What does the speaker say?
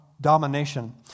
domination